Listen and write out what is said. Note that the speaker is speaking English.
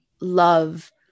love